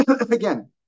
Again